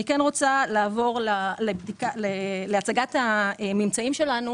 אני רוצה לעבור להצגת הממצאים שלנו.